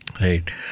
Right